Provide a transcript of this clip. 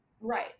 Right